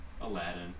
Aladdin